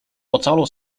ocalał